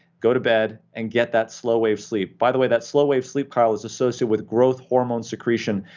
go to bed, and get that slow-wave sleep. by the way, that slow-wave sleep trial is associated with growth hormone secretion,